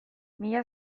mila